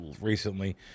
recently